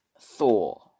Thor